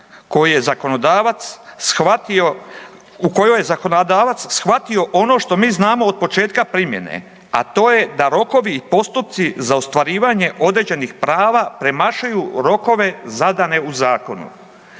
u kojoj je zakonodavac shvatio ono što mi znamo od početka primjene, a to je da rokovi i postupci za ostvarivanje određenih prava premašuju rokove zadane u zakonu.